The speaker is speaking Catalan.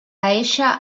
eixa